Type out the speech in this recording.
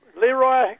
Leroy